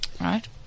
Right